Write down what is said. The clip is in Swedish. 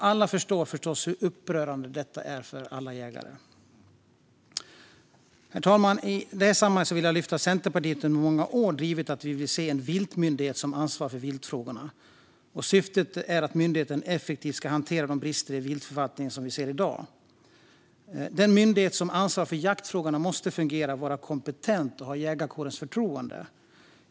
Alla förstår förstås hur upprörande detta är för alla jägare. Herr talman! I detta sammanhang vill jag lyfta fram att Centerpartiet under många år har drivit att vi vill se en viltmyndighet som ansvarar för viltfrågor. Syftet är att myndigheten effektivt ska hantera de brister i viltförvaltningen som vi ser i dag. Den myndighet som ansvarar för jaktfrågorna måste fungera, vara kompetent och ha jägarkårens förtroende.